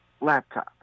laptop